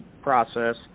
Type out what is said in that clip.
process